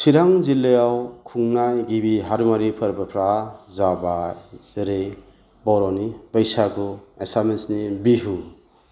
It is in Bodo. सिरां जिल्लाआव खुंनाय गिबि हारिमुवारि फोरबोफ्रा जाबाय जेरै बर'नि बैसागु एसामिसनि बिहु